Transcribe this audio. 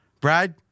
Brad